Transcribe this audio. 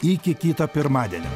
iki kito pirmadienio